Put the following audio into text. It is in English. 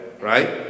right